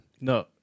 No